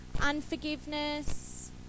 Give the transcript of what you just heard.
unforgiveness